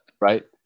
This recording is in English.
right